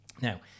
Now